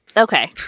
Okay